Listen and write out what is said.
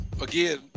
again